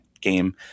game